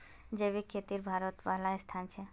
जैविक खेतित भारतेर पहला स्थान छे